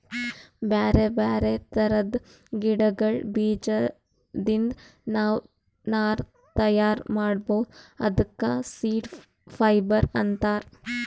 ಬ್ಯಾರೆ ಬ್ಯಾರೆ ಥರದ್ ಗಿಡಗಳ್ ಬೀಜದಿಂದ್ ನಾವ್ ನಾರ್ ತಯಾರ್ ಮಾಡ್ಬಹುದ್ ಅದಕ್ಕ ಸೀಡ್ ಫೈಬರ್ ಅಂತಾರ್